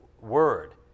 word